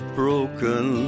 broken